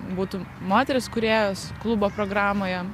būtų moteris kūrėjos klubo programoje